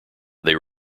they